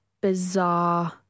bizarre